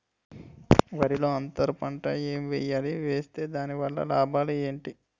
వరిలో అంతర పంట ఎం వేయాలి? వేస్తే దాని వల్ల లాభాలు ఏంటి?